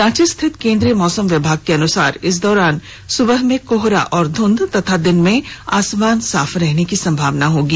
रांची स्थित केन्द्रीय मौसम विभाग के अनुसार इस दौरान सुबह में कोहरा और ध्रृंध तथा दिन में आसमान साफ रहने की संभावना है